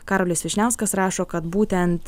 karolis vyšniauskas rašo kad būtent